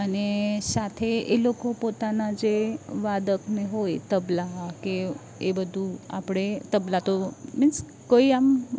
અને સાથે એ લોકો પોતાના જે વાદક ને હોય તબલા કે એ બધું આપણે તબલા તો મિન્સ કોઈ આમ